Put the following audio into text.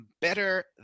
better